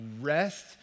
rest